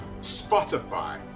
Spotify